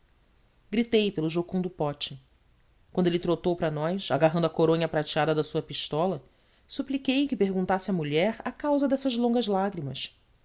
gritei pelo jucundo pote quando ele trotou para nós agarrando a coronha prateada da sua pistola supliquei que perguntasse à mulher a causa dessas longas lágrimas